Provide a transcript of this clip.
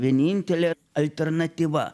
vienintelė alternatyva